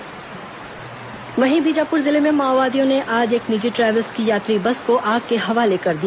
माओवादी घटनाएं वहीं बीजापुर जिले में माओवादियों ने आज एक निजी ट्रैव्हल्स की यात्री बस को आग के हवाले कर दिया